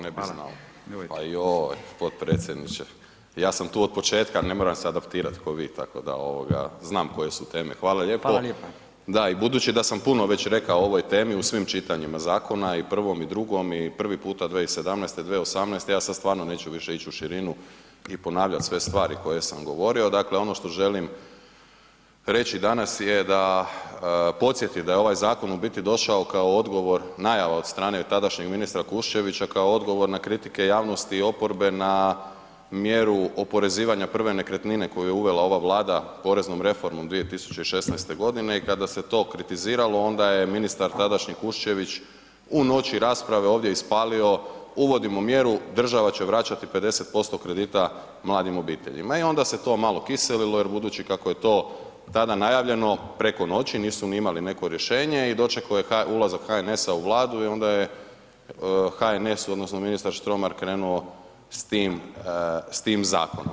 Pa joj, potpredsjedniče, ja sam tu od početka, ne moram se adaptirat tko vi tako da znam koje su teme, hvala lijepo [[Upadica Radin: Hvala lijepa.]] Da, i budući da sam već pun već rekao o ovoj temi u svim čitanjima zakona, i prvom i drugom, i prvi puta 2017., 2018., ja sad stvarno neću više ić u širinu i ponavljat sve stvari koje sam govorio, dakle ono što želim reći danas je da podsjetim da je ovaj zakon u biti došao kao odgovor najave od strane tadašnjeg ministra Kuščevića kao odgovor na kritike javnosti oporbe na mjeru oporezivanja prve nekretnine koju je uvela ova Vlada poreznom reformom 2016. g. i kada se to kritiziralo, onda je ministar tadašnji Kuščević u noći rasprave ovdje ispalio uvodimo mjeru država će vraćati 50% kredita mladim obiteljima i onda se to malo kiselilo jer budući kako je to tada najavljeno, preko noći nisu ni imali neko rješenje i dočekao je ulazak HNS-a u Vladu i onda je HNS odnosno ministar Štromar krenuo s tim zakonom.